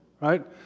right